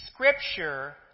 Scripture